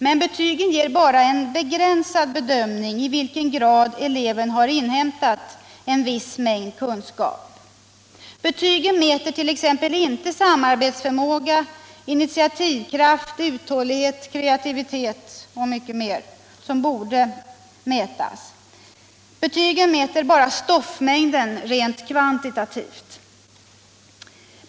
Men betygen ger bara en begränsad bedömning av i vilken grad eleven har inhämtat en viss mängd kunskap. Betygen mäter t.ex. inte samarbetsförmåga, initiativkraft, uthållighet, kreativitet m.m. som borde mätas. Betygen mäter bara stoffmängden kvantitativt. 2.